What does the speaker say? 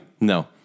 No